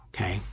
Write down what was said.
okay